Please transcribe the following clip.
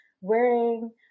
wearing